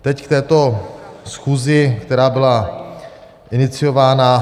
Teď k této schůzi, která byla iniciována.